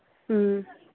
ꯎꯝ